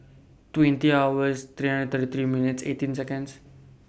twenty nine July two thousand and twenty six twenty hours thirty three minutes eighteen Seconds